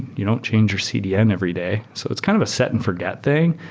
you don't change your cdn every day, so it's kind of a set and forget thing.